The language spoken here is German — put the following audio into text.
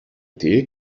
idee